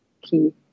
key